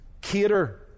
cater